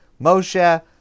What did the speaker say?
Moshe